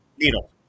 Needle